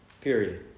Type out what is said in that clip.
Period